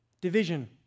division